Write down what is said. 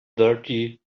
thirty